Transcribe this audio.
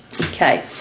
Okay